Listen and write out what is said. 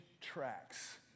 tracks